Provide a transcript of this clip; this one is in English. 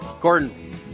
Gordon